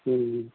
कोई नहीं